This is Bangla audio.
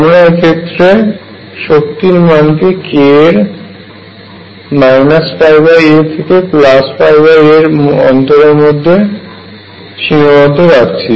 আমরা এক্ষেত্রে শক্তির মানকে k এর πa থেকে πa অন্তরের মধ্যেই সীমাবদ্ধ রাখছি